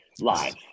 live